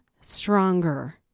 stronger